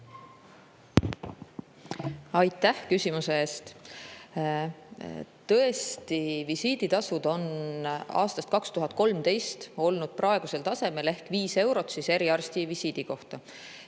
Aitäh küsimuse eest! Tõesti, visiiditasud on aastast 2013 olnud praegusel tasemel ehk viis eurot eriarsti visiidi kohta